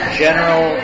general